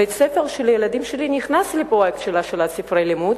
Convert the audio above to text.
בית-הספר של הילדים שלי נכנס לפרויקט השאלת ספרי לימוד,